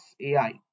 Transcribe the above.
AI